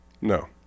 No